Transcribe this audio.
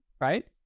Right